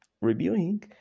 reviewing